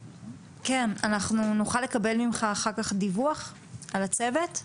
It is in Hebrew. נוכל לקבל ממשך אחר כך דיווח על הצוות.